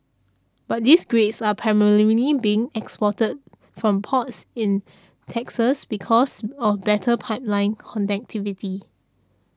but these grades are being exported from ports in Texas because of better pipeline connectivity